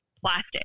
plastic